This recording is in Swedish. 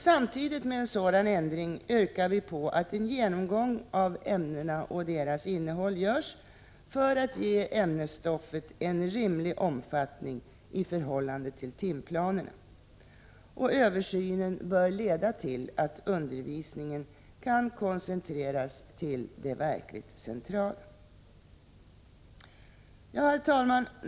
Samtidigt med en sådan ändring yrkar vi att en genomgång av ämnena och deras innehåll görs för att ge ämnesstoffet en rimlig omfattning i förhållande tilltimplanerna. Översynen bör leda till att undervisningen kan koncentreras till det verkligt centrala. Herr talman!